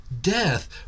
death